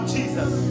Jesus